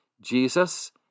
Jesus